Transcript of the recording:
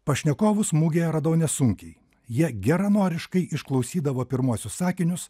pašnekovus mugėje radau nesunkiai jie geranoriškai išklausydavo pirmuosius sakinius